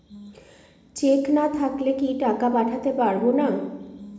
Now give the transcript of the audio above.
Check না থাকলে কি টাকা পাঠাতে পারবো না?